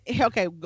okay